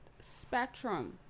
spectrum